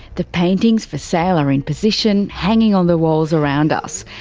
the paintings for sale are in position. hanging on the walls around us.